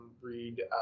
read